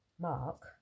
Mark